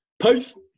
Peace